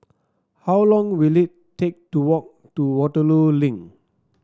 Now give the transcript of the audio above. how long will it take to walk to Waterloo Link